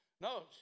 No